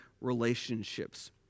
relationships